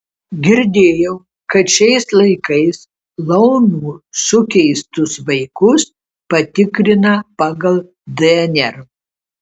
girdėjau kad šiais laikais laumių sukeistus vaikus patikrina pagal dnr